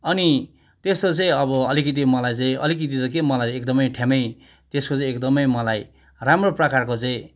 अनि त्यस्तो चाहिँ अब अलिकति मलाई चाहिँ अलिकति त के मलाई एकदमै ठ्याम्मै त्यसको चाहिँ एकदमै मलाई राम्रो प्रकारको चाहिँ